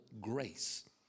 grace